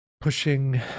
Pushing